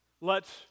lets